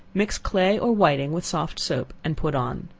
mix clay or whiting with soft soap, and put on.